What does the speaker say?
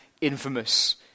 Infamous